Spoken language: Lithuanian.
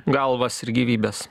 galvas ir gyvybes